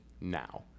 now